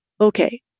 Okay